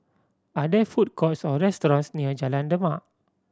are there food courts or restaurants near Jalan Demak